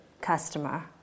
customer